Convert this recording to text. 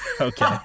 Okay